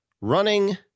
running